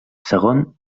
segon